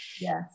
Yes